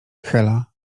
hela